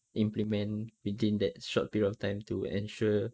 implement within that short period of time to ensure